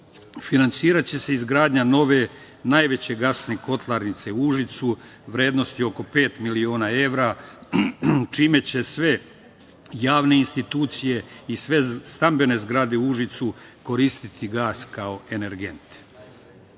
Finansiraće se izgradnja nove i najveće gasne kotlarnice u Užicu, vrednosti oko pet miliona evra, čime će sve javne institucije i sve stambene zgrade u Užicu koristiti gas kao energent. Ove